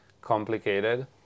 complicated